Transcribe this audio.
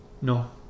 No